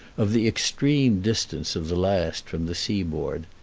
of the extreme distance of the last from the seaboard.